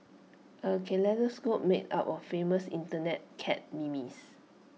A kaleidoscope made up of famous Internet cat memes